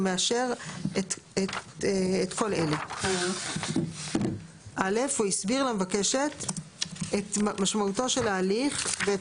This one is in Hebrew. המאשר את כל אלה: (א) הוא הסביר למבקשת את משמעותו של ההליך ואת